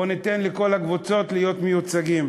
בואו ניתן לכל הקבוצות להיות מיוצגות.